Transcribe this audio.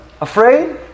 afraid